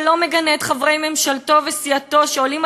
שלא מגנה את חברי ממשלתו וסיעתו שעולים